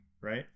right